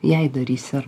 jai darysi ar